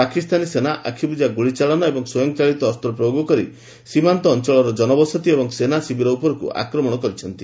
ପାକିସ୍ତାନୀ ସେନା ଆଖିବୁଜା ଗୁଳିଚାଳନା ଏବଂ ସ୍ୱୟଂଚାଳିତ ଅସ୍ତ୍ର ପ୍ରୟୋଗ କରି ସୀମାନ୍ତ ଅଞ୍ଚଳର ଜନବସତି ଏବଂ ସେନା ଶିବିର ଉପରକୁ ଆକ୍ରମଣ କରିଛନ୍ତି